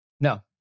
No